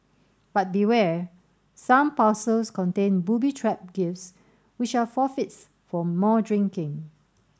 but beware some parcels contain booby trap gifts which are forfeits for more drinking